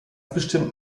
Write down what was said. bestimmt